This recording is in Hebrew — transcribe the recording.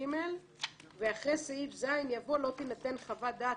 ו-(ג)"; אחרי סעיף (ז) יבוא: "לא תינתן חוות דעת,